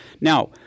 Now